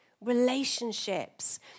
relationships